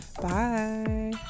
bye